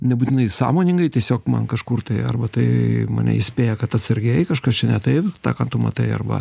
nebūtinai sąmoningai tiesiog man kažkur tai arba tai mane įspėja kad atsargiai kažkas čia ne taip tą ką tu matai arba